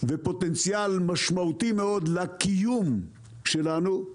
והם פוטנציאל משמעותי מאוד לקיום שלנו,